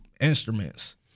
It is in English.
instruments